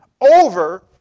over